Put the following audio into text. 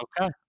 okay